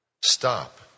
stop